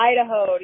Idaho